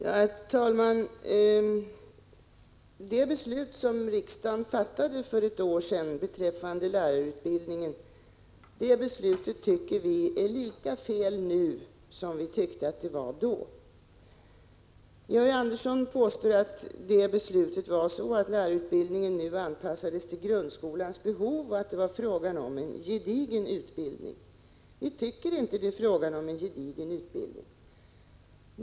Herr talman! Det beslut som riksdagen fattade för ett år sedan beträffande lärarutbildningen tycker vi är lika felaktigt nu som då. Georg Andersson påstår att beslutet innebar att lärarutbildningen nu anpassats till grundskolans behov och att det var fråga om en gedigen utbildning. Vi tycker inte att det är en gedigen utbildning.